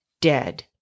dead